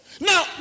Now